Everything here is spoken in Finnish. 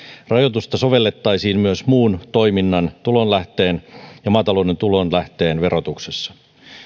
rajoitusta sovellettaisiin myös muun toiminnan tulonlähteen ja maatalouden tulonlähteen verotuksessa